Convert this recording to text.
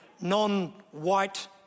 non-white